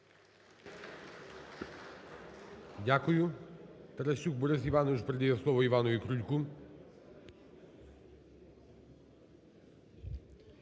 Дякую. Тарасюк Борис Іванович передає слово Іванову Крульку.